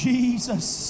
Jesus